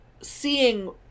seeing